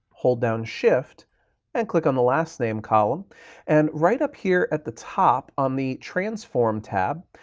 hold down shift and click on the last name column and right up here at the top, on the transform tab,